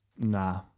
Nah